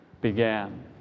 began